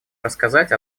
рассказать